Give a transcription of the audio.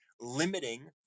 limiting